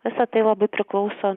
visa tai labai priklauso